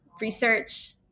research